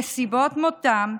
נסיבות מותם,